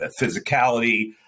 physicality